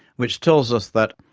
which tells us that,